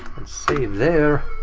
and see there.